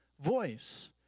voice